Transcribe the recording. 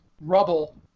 Rubble